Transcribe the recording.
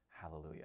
hallelujah